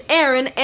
Aaron